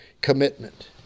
commitment